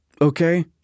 Okay